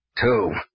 Two